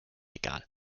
egal